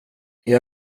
jag